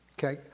Okay